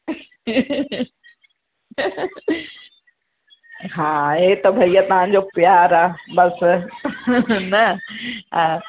हा इहे त भैया तव्हांजो प्यार आहे बसि न हा